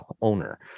owner